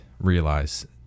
realize